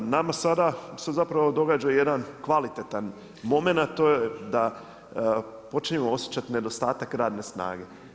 Nama sada se zapravo događa jedan kvalitetan momenat, to je da počinjemo osjećati nedostatak radne snage.